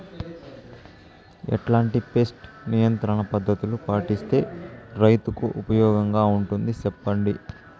ఎట్లాంటి పెస్ట్ నియంత్రణ పద్ధతులు పాటిస్తే, రైతుకు ఉపయోగంగా ఉంటుంది సెప్పండి?